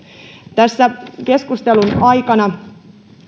tässä keskustelun aikana